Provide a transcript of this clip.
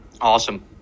Awesome